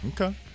Okay